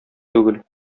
түгел